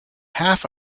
half